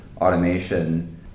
automation